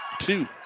two